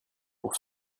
pour